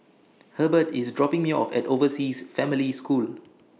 Hurbert IS dropping Me off At Overseas Family School